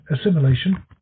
assimilation